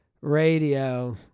Radio